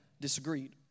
disagreed